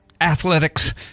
athletics